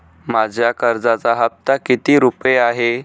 माझ्या कर्जाचा हफ्ता किती रुपये आहे?